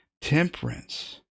temperance